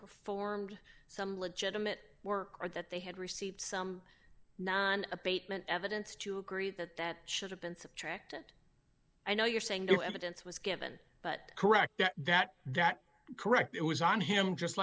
performed some legitimate work or that they had received some abatement evidence to agree that that should have been subtracted i know you're saying that evidence was given but correct that that that correct it was on him just